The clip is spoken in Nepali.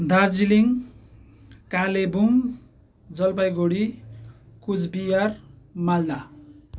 दार्जिलिङ कालेबुङ जलपाइगुडी कुचबिहार माल्दा